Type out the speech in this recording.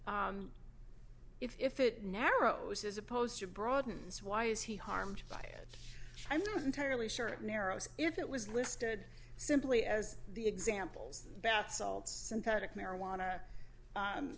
but if it narrows as opposed to broadens why is he harmed by it i'm not entirely sure it narrows if it was listed simply as the examples of bath salts synthetic marijuana